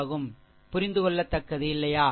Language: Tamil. எனவே இது புரிந்துகொள்ளத்தக்கது இல்லையா